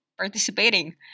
participating